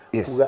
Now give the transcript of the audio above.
Yes